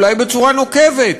אולי בצורה נוקבת,